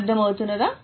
అర్థం అవుతున్నదా